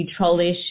trollish